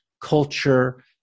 culture